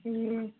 ए